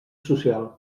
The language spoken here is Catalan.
social